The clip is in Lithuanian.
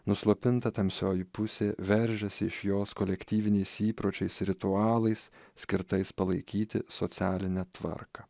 nuslopinta tamsioji pusė veržiasi iš jos kolektyviniais įpročiais ritualais skirtais palaikyti socialinę tvarką